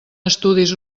estudis